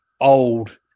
old